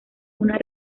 una